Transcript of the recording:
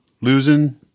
losing